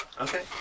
Okay